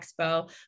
Expo